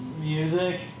music